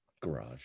garage